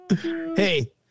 Hey